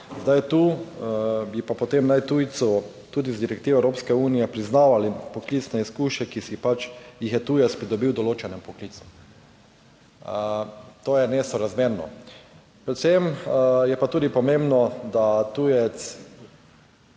bi pa potem naj tujcu tudi z direktivo Evropske unije priznavali poklicne izkušnje, ki si pač jih je tujec pridobi v določenem poklicu. To je nesorazmerno. Predvsem je pa tudi pomembno, da tujec